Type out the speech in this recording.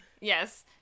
Yes